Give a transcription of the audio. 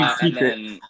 secret